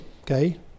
okay